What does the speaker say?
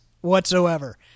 whatsoever